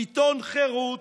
העיתון "חרות",